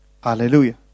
Hallelujah